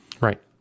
Right